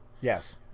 Yes